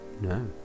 No